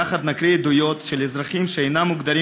יחד נקריא עדויות של אזרחים שאינם מוגדרים